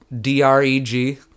D-R-E-G